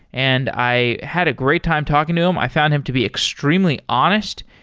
and i had a great time talking to him. i found him to be extremely honest.